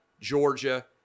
Georgia